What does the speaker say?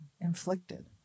inflicted